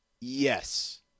Yes